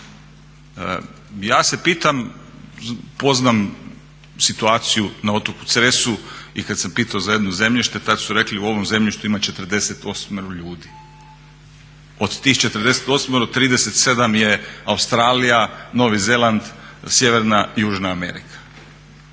Ja se pitam, poznam situaciju na otoku Cresu i kad sam pitao za jedno zemljište tad su rekli u ovom zemljištu ima 48 ljudi, od tih 48 37 je Australija, Novi Zeland, sjeverna i južna Amerika.